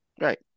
Right